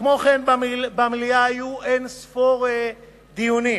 כמו כן, במליאה היו אין-ספור דיונים.